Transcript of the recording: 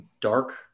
dark